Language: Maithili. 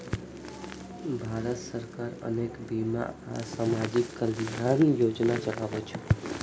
भारत सरकार अनेक बीमा आ सामाजिक कल्याण योजना चलाबै छै